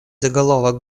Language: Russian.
заголовок